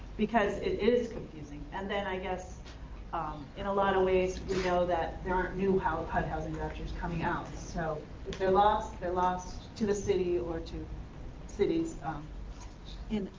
because it is confusing. and then i guess ah in a lot of ways, we know that there are new hud hud housing vouchers coming out, so if they're lost, they're lost to the city or to cities um in,